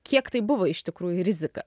kiek tai buvo iš tikrųjų rizika